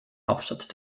hauptstadt